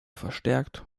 verstärkt